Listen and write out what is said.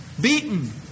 beaten